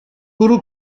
bwrw